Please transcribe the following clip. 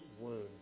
wound